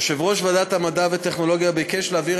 יושב-ראש ועדת המדע והטכנולוגיה ביקש להעביר